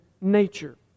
nature